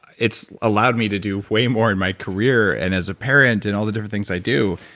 it's allowed me to do way more in my career, and as a parent, and all the different things i do.